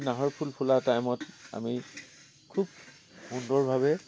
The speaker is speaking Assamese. নাহৰ ফুল ফুলাৰ টাইমত আমি খুব সুন্দৰভাৱে